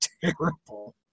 terrible